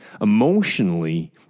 emotionally